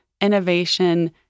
innovation